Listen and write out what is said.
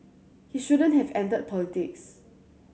he shouldn't have entered politics